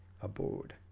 aboard